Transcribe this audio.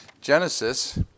Genesis